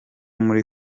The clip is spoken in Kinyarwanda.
muri